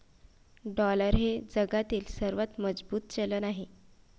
dollar हे जगातील सर्वात मजबूत चलन आहे